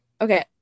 Okay